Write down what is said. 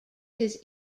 his